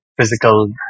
physical